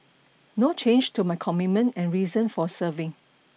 no change to my commitment and reason for serving